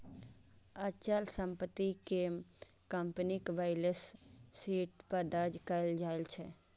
अचल संपत्ति कें कंपनीक बैलेंस शीट पर दर्ज कैल जाइ छै